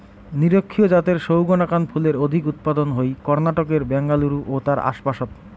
নিরক্ষীয় জাতের সৌগ নাকান ফুলের অধিক উৎপাদন হই কর্ণাটকের ব্যাঙ্গালুরু ও তার আশপাশত